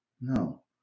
No